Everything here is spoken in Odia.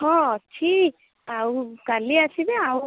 ହଁ ଅଛି ଆଉ କାଲି ଆସିବେ ଆଉ